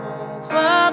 over